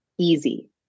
easy